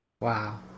Wow